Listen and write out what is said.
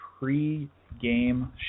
pregame